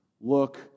Look